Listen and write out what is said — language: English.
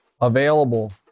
available